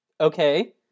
Okay